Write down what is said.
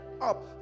up